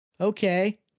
okay